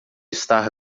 estar